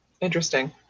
Interesting